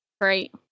Great